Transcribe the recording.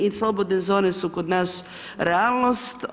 I slobodne zone su kod nas realnost.